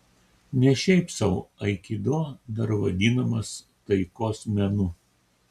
ne šiaip sau aikido dar vadinamas taikos menu